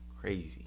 crazy